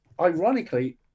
ironically